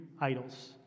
idols